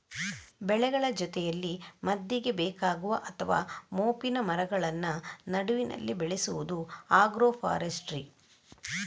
ಬೆಳೆಗಳ ಜೊತೆಯಲ್ಲಿ ಮದ್ದಿಗೆ ಬೇಕಾಗುವ ಅಥವಾ ಮೋಪಿನ ಮರಗಳನ್ನ ನಡುವಿನಲ್ಲಿ ಬೆಳೆಸುದು ಆಗ್ರೋ ಫಾರೆಸ್ಟ್ರಿ